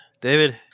David